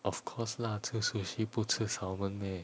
of course lah 吃 sushi 不吃 salmon meh